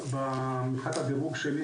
מבחינת הדירוג שלי,